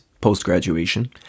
post-graduation